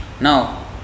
Now